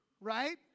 right